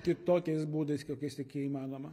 kitokiais būdais kokiais tik jie įmanoma